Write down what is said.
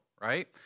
Right